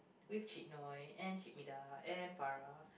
with Cik Noy and Cik Bedah and Farah